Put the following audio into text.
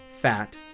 fat